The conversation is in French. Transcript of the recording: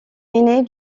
ainée